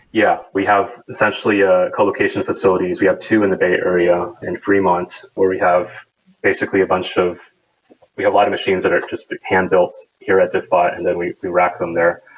yeah. we have essentially ah colocation facilities. we have two in the bay area, in freemont, where we have basically a bunch of we have a lot of machines that are just hand built here at diffbot and then we we rack them there.